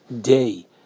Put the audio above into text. day